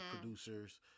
producers